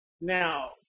Now